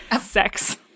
Sex